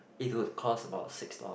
it would cost about six doll~